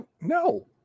no